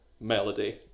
melody